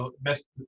best